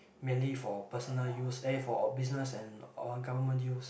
mainly for personal use aye for business and or government use